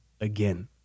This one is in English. again